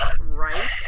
Right